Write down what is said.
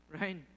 right